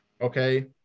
Okay